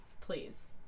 please